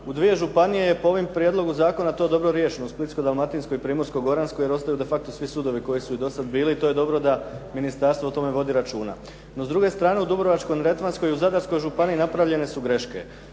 U dvije županije je po ovom prijedlogu zakona to dobro riješeno u Splitsko-dalmatinskoj i Primorsko-goranskoj jer ostaju de facto svi sudovi koji su i do sad bili i to je dobro da ministarstvo o tome vodi računa. No, s druge strane u Dubrovačko-neretvanskoj i u Zadarskoj županiji napravljene su greške,